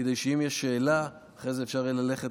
כדי שאם יש שאלה אחרי זה אפשר יהיה ללכת